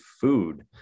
food